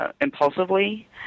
impulsively